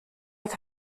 het